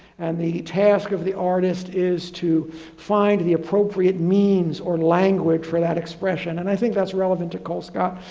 and the task of the artist is to find the appropriate means or language for that expression. and i think that's relevant to colescott.